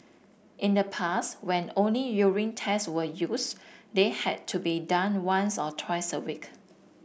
in the past when only urine tests were used they had to be done once or twice a week